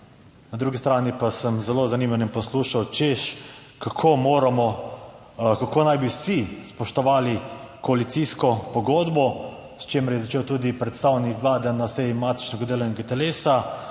Na drugi strani pa sem zelo z zanimanjem poslušal, češ kako moramo, kako naj bi vsi spoštovali koalicijsko pogodbo, s čimer je začel tudi predstavnik Vlade na seji matičnega delovnega telesa: